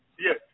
Yes